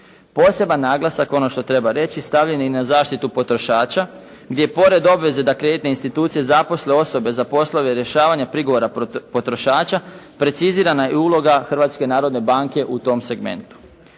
Poseban naglasak, ono što treba reći stavljen je i na zaštitu potrošača gdje pored obveze da kreditne institucije zaposle osobe za poslove rješavanja prigovora potrošača, precizirana je uloga Hrvatske narodne banke u tom segmentu.